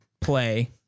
play